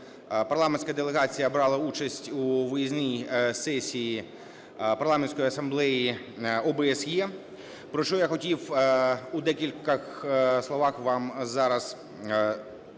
парламентська делегація брала участь у виїзній сесії Парламентської асамблеї ОБСЄ, про що я хотів у декількох словах вам зараз прозвітувати.